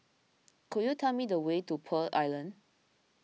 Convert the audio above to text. could you tell me the way to Pearl Island